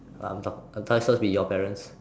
I'm done I thought it was suppose to be your parents